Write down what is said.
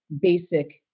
basic